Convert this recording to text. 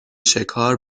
شکار